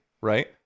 right